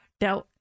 Now